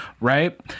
right